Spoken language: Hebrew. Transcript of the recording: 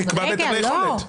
הוא נקבע בדמי יכולת.